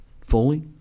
fully